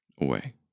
away